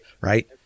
right